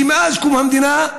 שמאז קום המדינה,